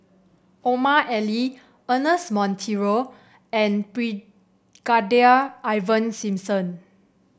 Omar Ali Ernest Monteiro and Brigadier Ivan Simson